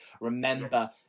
remember